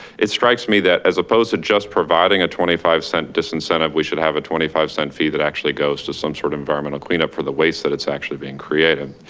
it strikes me that, as opposed to just providing a twenty five cent disincentive, we should have twenty five cent fee that actually goes to some sort of environmental clean up for the waste that is actually being created.